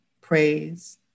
praise